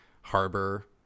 harbor